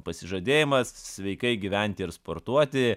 pasižadėjimas sveikai gyventi ir sportuoti